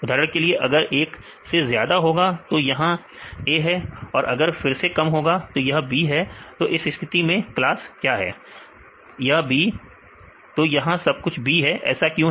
उदाहरण के लिए अगर 1 से ज्यादा होगा तो यहां A यह B तो यहां सब कुछ B है ऐसा क्यों है